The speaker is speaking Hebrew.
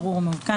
ברור או מעודכן,